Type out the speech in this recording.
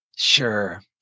Sure